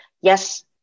Yes